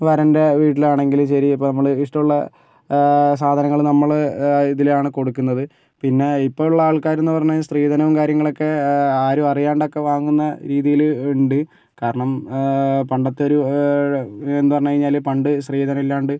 വരൻ്റെ വീട്ടിലാണെങ്കിലും ശരി ഇപ്പം നമ്മൾ ഇഷ്ടമുള്ള സാധനങ്ങൾ നമ്മള് ഇതിലാണ് കൊടുക്കുന്നത് പിന്നെ ഇപ്പോൾ ഉള്ള ആൾക്കാരെന്നു പറഞ്ഞു കഴിഞ്ഞാൽ സ്ത്രീധനവും കാര്യങ്ങളും ഒക്കെ ആരും അറിയാണ്ടൊക്കെ വാങ്ങുന്ന രീതിയില് ഉണ്ട് കാരണം പണ്ടത്തെ ഒരു എന്താ പറഞ്ഞു കഴിഞ്ഞാല് പണ്ട് സ്ത്രീധനമില്ലാണ്ട്